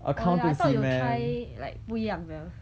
oh ya I thought you would try like 不一样的 are